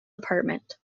apartment